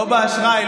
לא באשראי,